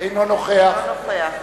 - אינו נוכח